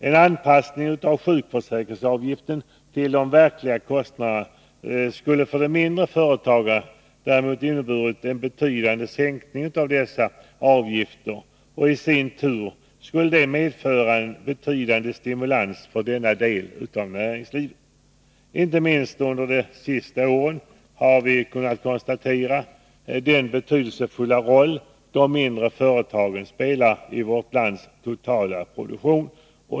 En anpassning av sjukförsäkringsavgiften till de verkliga kostnaderna skulle för de mindre företagen däremot ha inneburit en betydande sänkning av dessa avgifter, och i sin tur skulle detta medföra en betydande stimulans på denna del av näringslivet. Inte minst under de senaste åren har vi kunnat konstatera den betydelsefulla roll som de mindre företagen spelar i vårt lands totala produktion.